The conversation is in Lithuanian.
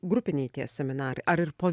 grupiniai tie seminarai ar ir po